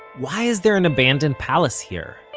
why is there an abandoned palace here?